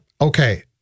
Okay